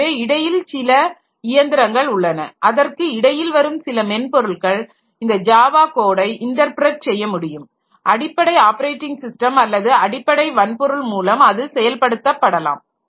எனவே இடையில் சில இயந்திரங்கள் உள்ளன அதற்கு இடையில் வரும் சில மென்பொருள்கள் இந்த ஜாவா கோடை இன்டர்பிரட் செய்ய முடியும் அடிப்படை ஆப்பரேட்டிங் ஸிஸ்டம் அல்லது அடிப்படை வன்பொருள் மூலம் அது செயல்படுத்தப்படலாம்